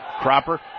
Cropper